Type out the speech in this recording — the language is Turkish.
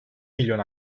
milyon